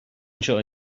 anseo